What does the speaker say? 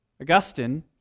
Augustine